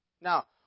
Now